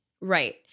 right